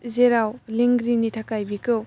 जेराव लेंग्रिनि थाखाय बिखौ